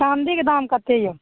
चाँदीके दाम कते यऽ